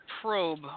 Probe